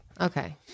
Okay